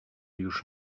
już